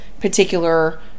particular